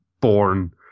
born